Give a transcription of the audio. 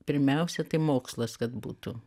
pirmiausia tai mokslas kad būtų